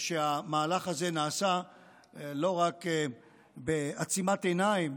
שהמהלך הזה נעשה לא רק בעצימת עיניים,